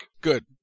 Good